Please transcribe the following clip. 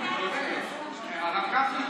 הרב גפני,